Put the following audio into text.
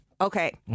Okay